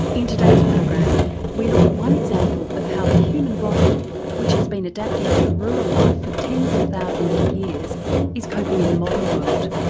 in today's program we look at one example of how the human body which has been adapting to rural life for tens of thousands of years is coping in the modern world.